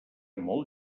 molt